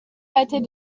pâtés